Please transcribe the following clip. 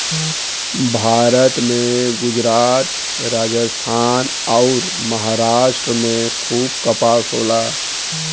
भारत में गुजरात, राजस्थान अउर, महाराष्ट्र में खूब कपास होला